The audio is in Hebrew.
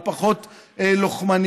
או פחות לוחמניים,